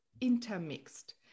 intermixed